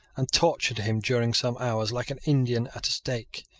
and tortured him during some hours like an indian at a stake.